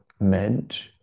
meant